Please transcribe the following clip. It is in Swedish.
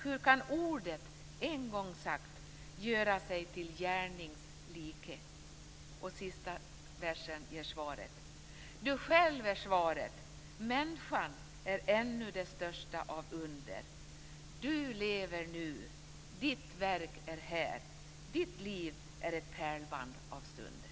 Hur kan ordet, en gång sagt, göra sig till Gärnings like? Sista versen ger svaret: Du själv är svaret, MÄNSKAN är ännu det största av under Du lever nu. Ditt verk är här. Ditt liv är ett pärlband av stunder.